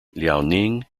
liaoning